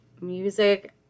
music